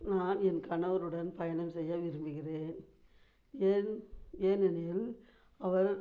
நான் என் கணவருடன் பயணம் செய்ய விரும்புகிறேன் என் ஏனெனில் அவர்